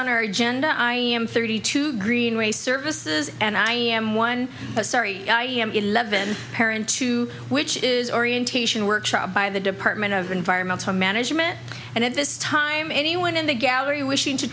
on our agenda i am thirty two greenway services and i am one sorry i am eleven parent two which is orientation workshop by the department of environmental management and at this time anyone in the gallery wishing to